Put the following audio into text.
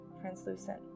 translucent